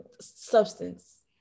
substance